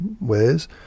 ways